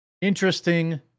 Interesting